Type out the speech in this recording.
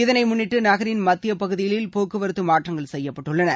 இதனை முன்னிட்டு நகரின் மத்திய பகுதிகளில் போக்குவரத்து மாற்றங்கள் செய்யப்பட்டுள்ளனர்